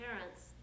parents